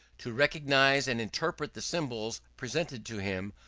to recognize and interpret the symbols presented to him,